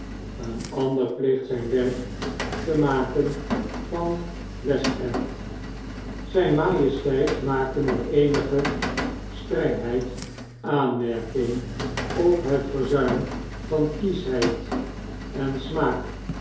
een ander pleegt zgn werk te maken van het west-end zgn majesteit maakte met eenige strengheid aanmerking op het verzuim van kieschheid en smaak